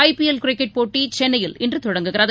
ஐ PL cricket போட்டிசென்னையில் இன்றுதொடங்குகிறது